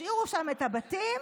ישאירו שם את הבתים,